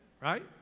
Right